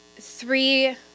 three